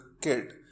kid